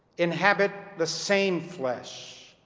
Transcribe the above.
inhabit the same flesh,